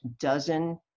dozen